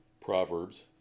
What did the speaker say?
Proverbs